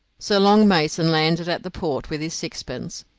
so long mason landed at the port with his sixpence,